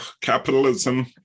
capitalism